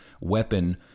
weapon